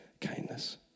kindness